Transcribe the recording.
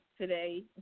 today